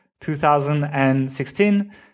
2016